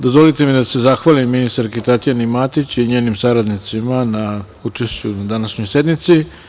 Dozvolite mi da se zahvalim ministarki Tatjani Matić i njenim saradnicima na učešću na današnjoj sednici.